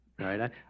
right